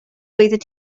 oeddet